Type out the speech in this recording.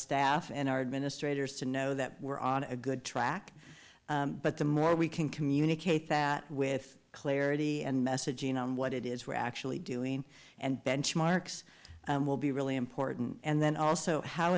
staff and our administrators to know that we're on a good track but the more we can communicate that with clarity and messaging on what it is we're actually doing and benchmarks will be really important and then also how